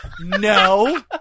No